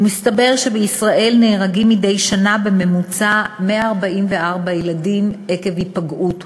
ומסתבר שבישראל נהרגים מדי שנה בממוצע 144 ילדים עקב היפגעות,